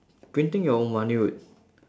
printing your own money would